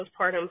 postpartum